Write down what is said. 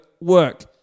work